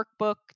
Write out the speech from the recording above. workbook